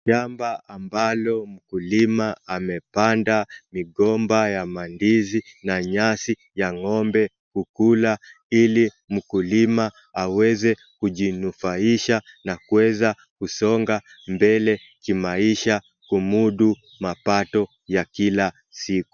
Shamba amablo mkulima amepanda migomba ya mandizi ya ng'ombe kukula ili mkulima aweze kujinufaisha na aweze kusonga mbele kimaisga kumudu mapato ya kila siku.